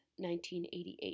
1988